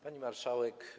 Pani Marszałek!